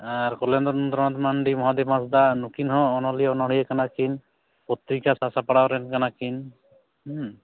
ᱟᱨ ᱠᱚᱞᱮᱱᱫᱨᱚᱱᱟᱛᱷ ᱢᱟᱱᱰᱤ ᱢᱚᱦᱟᱫᱮᱵ ᱦᱟᱸᱥᱫᱟ ᱱᱩᱠᱤᱱ ᱦᱚᱸ ᱦᱚᱸ ᱚᱱᱚᱞᱤᱭᱟᱹ ᱚᱱᱚᱲᱦᱤᱭᱟᱹ ᱠᱟᱱᱟ ᱠᱤᱱ ᱯᱚᱛᱛᱨᱤᱠᱟ ᱥᱟᱥᱟᱯᱟᱲᱟᱣ ᱨᱮᱱ ᱠᱟᱱᱟ ᱠᱤᱱ